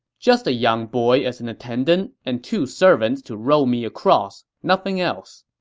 just a young boy as an attendant, and two servants to row me across. nothing else.